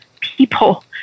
people